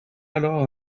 alors